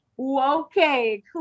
Okay